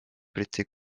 briti